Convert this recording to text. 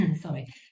sorry